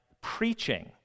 preaching